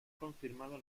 confirmado